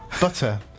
Butter